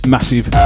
Massive